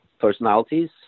personalities